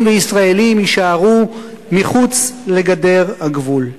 וישראליים יישארו מחוץ לגדר הגבול.